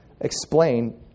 explain